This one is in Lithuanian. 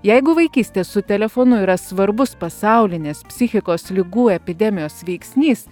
jeigu vaikystė su telefonu yra svarbus pasaulinės psichikos ligų epidemijos veiksnys